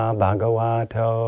bhagavato